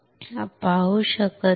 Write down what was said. आपण बरोबर पाहू शकत नाही